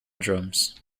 drums